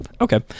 Okay